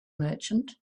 merchant